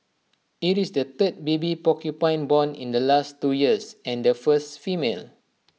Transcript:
IT is the third baby porcupine born in the last two years and the first female